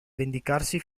vendicarsi